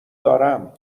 دارم